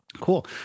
Cool